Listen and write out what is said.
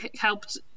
helped